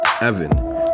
Evan